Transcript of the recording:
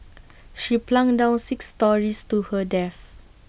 she plunged down six storeys to her death